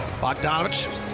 Bogdanovich